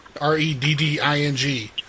R-E-D-D-I-N-G